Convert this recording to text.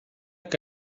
que